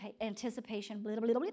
anticipation